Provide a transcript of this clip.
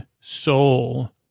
soul